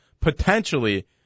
potentially